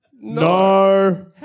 No